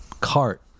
cart